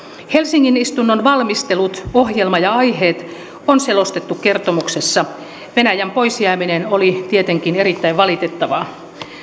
helsingin istunnon valmistelut ohjelma ja aiheet on selostettu kertomuksessa venäjän poisjääminen oli tietenkin erittäin valitettavaa